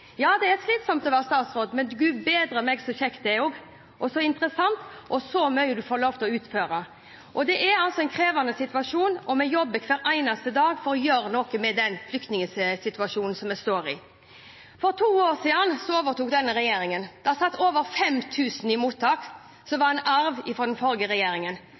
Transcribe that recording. Ja, det er slitsomt å være statsråd, men gud bedre hvor kjekt det er også, og så interessant, og så mye du får lov til å utføre! Og det er altså en krevende situasjon, og vi jobber hver eneste dag for å gjøre noe med den flyktningsituasjonen som vi står i. For to år siden overtok denne regjeringen. Da satt over 5 000 i mottak, en arv fra den forrige regjeringen.